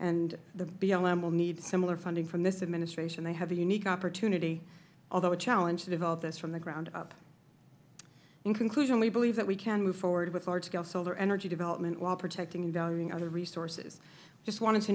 and the blm will need similar funding from this administration they have a unique opportunity although a challenge to develop this from the ground up in conclusion we believe that we can move forward with large scale solar energy development while protecting and valuing other resources i just wanted to